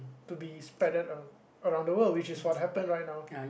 to be spreaded a around the world which is what happen right now